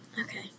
Okay